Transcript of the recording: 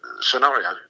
scenario